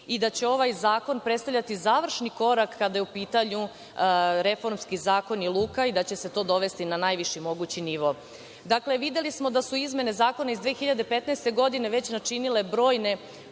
i da će ovaj zakon predstavljati završni korak kada je u pitanju reformski zakon i luka i da će se to dovesti na najviši mogući nivo. Dakle, videli smo da su izmene zakona iz 2015. godine već načinile brojne